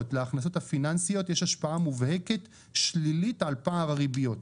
להכנסות הפיננסיות יש השפעה מובהקת שלילית על פער הריביות.